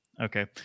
Okay